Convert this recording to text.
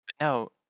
No